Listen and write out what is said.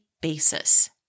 basis